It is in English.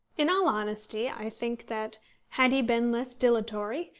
in all honesty i think that had he been less dilatory,